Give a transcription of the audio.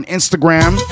Instagram